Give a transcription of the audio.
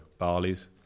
barleys